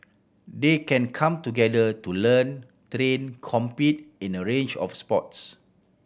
they can come together to learn train compete in a range of sports